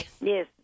Yes